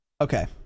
Okay